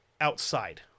outside